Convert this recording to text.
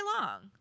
long